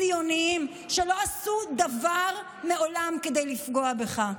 ציונים, שלא עשו דבר מעולם כדי לפגוע בך.